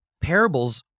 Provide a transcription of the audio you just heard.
parables